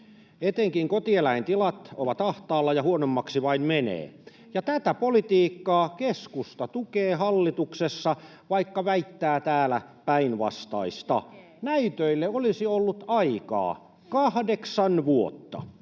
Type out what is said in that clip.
Etenkin kotieläintilat ovat ahtaalla, ja huonommaksi vain menee, ja tätä politiikkaa keskusta tukee hallituksessa, vaikka väittää täällä päinvastaista. [Sanna Antikainen: Niin tekee!] Näytöille olisi ollut aikaa kahdeksan vuotta.